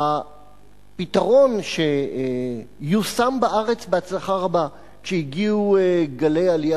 הפתרון שיושם בארץ בהצלחה רבה כשהגיעו גלי עלייה